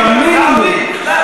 פוגעים בנו.